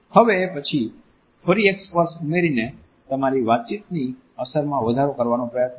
હવે પછી ફરી એક સ્પર્શ ઉમેરીને તમારી વાતચીતની અસરમાં વધારો કરવાનો પ્રયાસ કરો